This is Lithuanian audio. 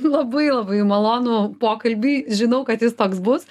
labai labai malonų pokalbį žinau kad jis toks bus